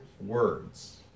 words